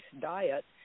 diet